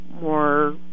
more